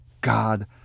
God